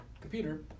computer